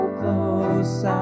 close